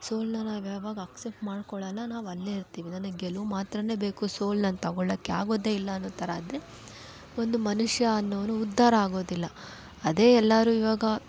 ಸೋಲನ್ನ ನಾವ್ಯಾವಾಗ ಅಕ್ಸೆಪ್ಟ್ ಮಾಡ್ಕೊಳಲ್ಲ ನಾವಲ್ಲೇ ಇರ್ತೀವಿ ನನಗೆ ಗೆಲುವು ಮಾತ್ರನೇ ಬೇಕು ಸೋಲು ನಾನು ತೊಗೊಳಕ್ಕೆ ಆಗೋದೇ ಇಲ್ಲ ಅನ್ನೋ ಥರ ಆದರೆ ಒಂದು ಮನುಷ್ಯ ಅನ್ನೋನು ಉದ್ಧಾರ ಆಗೋದಿಲ್ಲ ಅದೇ ಎಲ್ಲರು ಇವಾಗ